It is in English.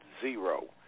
zero